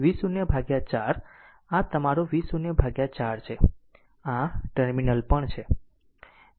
બીજો current V0 4 આ તમારું V0 4 છે આ આ ટર્મિનલ પણ છે